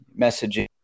messaging